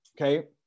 Okay